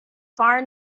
far